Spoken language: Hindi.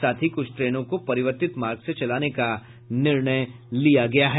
साथ ही कुछ ट्रेनों को परिवर्तित मार्ग से चलाने का निर्णय लिया है